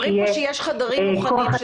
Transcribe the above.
אומרים פה שיש חדרים מוכנים,